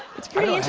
it's pretty